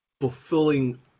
fulfilling